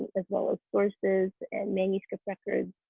as well as sources and manuscript records.